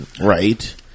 right